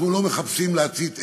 אנחנו לא מחפשים להצית אש,